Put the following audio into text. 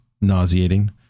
nauseating